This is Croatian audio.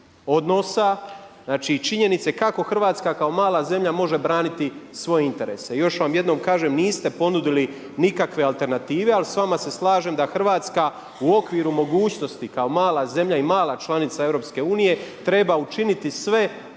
odnosa, znači činjenice kako Hrvatska kao mala zemlja može braniti svoje interese. Još vam jednom kažem niste ponudili nikakve alternative ali s vama se slažem da Hrvatska u okviru mogućnosti kao mala zemlja i mala članica EU treba učiniti sve